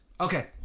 Okay